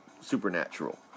supernatural